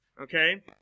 Okay